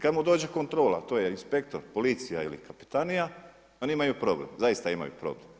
Kada mu dođe kontrola, to je inspektor, policija ili kapetanija oni imaju problem, zaista imaju problem.